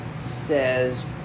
says